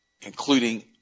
including